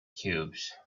cubes